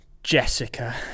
Jessica